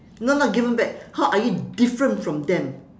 no not given back how are you different from them